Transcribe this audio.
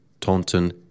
Taunton